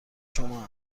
شما